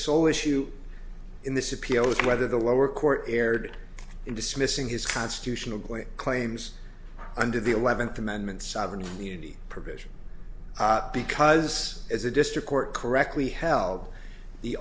sole issue in this appeal is whether the lower court erred in dismissing his constitutional point claims under the eleventh amendment sovereign immunity provision because as a district court correctly held the